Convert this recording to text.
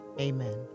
amen